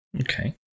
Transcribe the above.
Okay